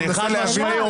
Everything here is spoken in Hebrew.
אני מנסה להבין.